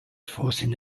forcing